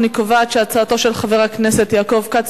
אני קובעת שהצעתו של חבר הכנסת יעקב כץ